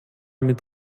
mit